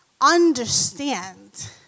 understand